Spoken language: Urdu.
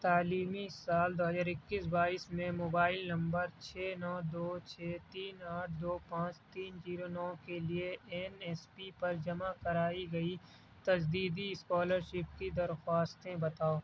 تعلیمی سال دو ہزار اکیس بائیس میں موبائل نمبر چھ نو دو چھ تین آٹھ دو پانچ تین زیرو نو کے لیے این ایس پی پر جمع کرائی گئی تجدیدی اسکالرشپ کی درخواستیں بتاؤ